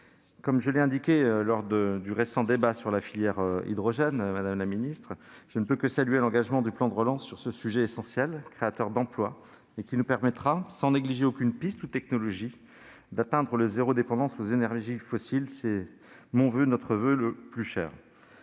Comme je l'ai indiqué lors du récent débat sur la filière hydrogène, madame la secrétaire d'État, je ne peux que saluer l'engagement contenu dans le plan de relance sur ce sujet essentiel, créateur d'emplois et qui nous permettra, sans négliger aucune piste ou technologie, d'atteindre le zéro dépendance aux énergies fossiles- c'est là notre voeu le plus cher.